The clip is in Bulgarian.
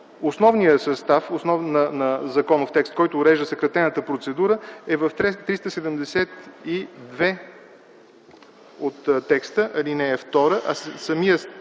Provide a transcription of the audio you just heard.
основният състав на законов текст, който урежда съкратената процедура, е в чл. 372 от текста, ал. 2, а самата